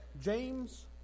James